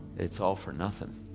it's all for nothing